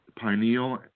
pineal